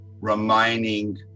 remaining